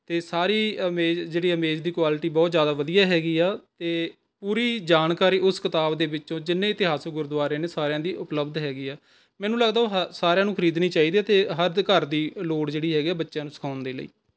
ਅਤੇ ਸਾਰੀ ਅਮੇਜ਼ ਜਿਹੜੀ ਇਮੇਜ਼ ਦੀ ਕੁਆਲਿਟੀ ਬਹੁਤ ਜ਼ਿਆਦਾ ਵਧੀਆ ਹੈਗੀ ਆ ਅਤੇ ਪੂਰੀ ਜਾਣਕਾਰੀ ਉਸ ਕਿਤਾਬ ਦੇ ਵਿੱਚੋਂ ਜਿੰਨੇ ਇਤਿਹਾਸਿਕ ਗੁਰੂਦੁਆਰੇ ਨੇ ਸਾਰਿਆਂ ਦੀ ਉਪਲੱਬਧ ਹੈਗੀ ਹੈ ਮੈਨੂੰ ਲੱਗਦਾ ਉਹ ਹਰ ਸਾਰਿਆਂ ਨੂੰ ਖਰੀਦਣੀ ਚਾਹੀਦੀ ਹੈ ਅਤੇ ਹਦ ਘਰ ਦੀ ਲੋੜ ਜਿਹੜੀ ਹੈਗੀ ਹੈ ਬੱਚਿਆਂ ਨੂੰ ਸਿਖਾਉਣ ਦੇ ਲਈ